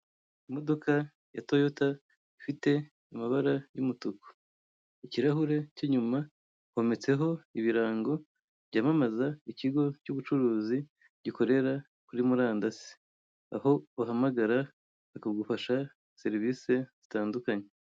Imodoka ya toyota ifite amabara y'umutuku. Ku kirahure cy'inyuma, hometseho ibirango byamamaza ikigo cy'ubucuruzi gikorera kuri murandasi. Aho uhamagara bakagufasha serivisi zitandukanye.